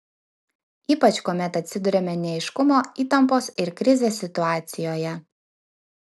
ypač kuomet atsiduriame neaiškumo įtampos ir krizės situacijoje